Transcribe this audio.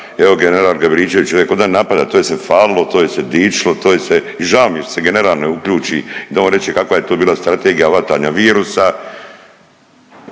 evo general GAbričević je reko ko da napada to je se falilo, to je se dičilo, to je se i žao mi je što se general ne uključi da on reče kava je to bila strategija vatanja virusa.